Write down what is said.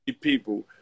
people